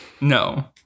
No